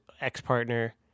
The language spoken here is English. ex-partner